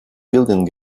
building